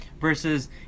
versus